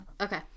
Okay